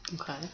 Okay